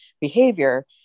behavior